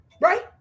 Right